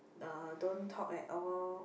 uh don't talk at all